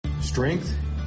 Strength